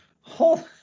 Hold